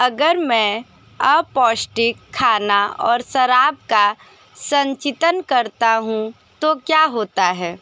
अगर मैं अपौष्टिक खाना और शराब का संचितन करता हूँ तो क्या होता है